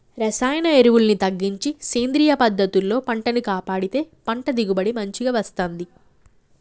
రసాయన ఎరువుల్ని తగ్గించి సేంద్రియ పద్ధతుల్లో పంటను కాపాడితే పంట దిగుబడి మంచిగ వస్తంది